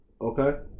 Okay